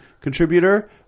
contributor